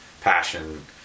passion